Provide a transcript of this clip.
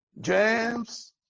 James